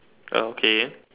well okay